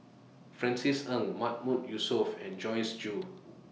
Francis Ng Mahmood Yusof and Joyce Jue